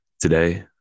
Today